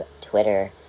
Twitter